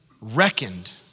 reckoned